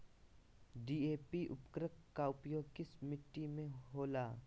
DAP उर्वरक का प्रयोग किस मिट्टी में होला?